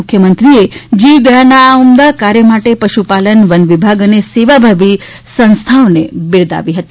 મુખ્યમંત્રીએ જીવદયાના ઉમદા કાર્ય માટે પશુપાલન વનવિભાગ અને સેવાભાવી સંસ્થાઓને બીરદાવી હતી